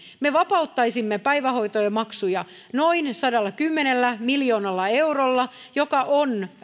me vapauttaisimme päivähoitomaksuja noin sadallakymmenellä miljoonalla eurolla joka on